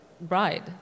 bride